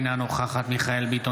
אינה נוכחת מיכאל מרדכי ביטון,